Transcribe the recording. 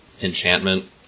enchantment